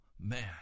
man